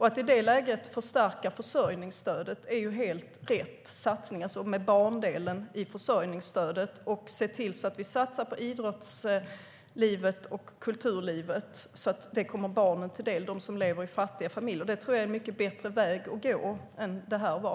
Att i det läget förstärka barndelen i försörjningsstödet är en helt rätt satsning. Vi ska satsa på idrottslivet och kulturlivet så att det kommer de barn som lever i fattiga familjer till del. Det tror jag är en mycket bättre väg att gå än detta var.